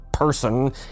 person